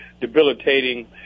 debilitating